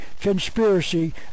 Conspiracy